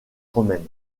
romaine